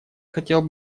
хотел